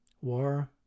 War